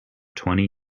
twenty